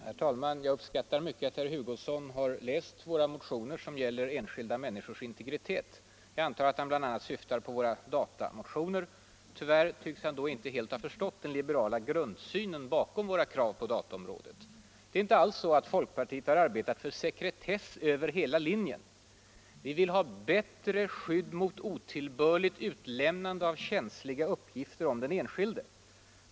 Herr talman! Jag uppskattar mycket att herr Hugosson har läst våra motioner, som gäller enskilda människors integritet. Jag antar att han bl.a. syftar på våra datamotioner. Tyvärr tycks han då inte helt ha förstått den liberala grundsynen bakom våra krav på dataområdet. Folkpartiet har inte alls arbetat för sekretess över hela linjen. Vi vill ha bättre skydd mot otillbörligt utlämnande av känsliga uppgifter om den enskilde.